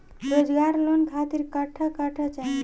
रोजगार लोन खातिर कट्ठा कट्ठा चाहीं?